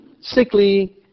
sickly